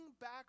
back